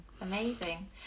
Amazing